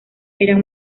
eran